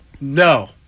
No